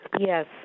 Yes